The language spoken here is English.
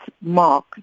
mark